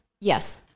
Yes